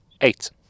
Eight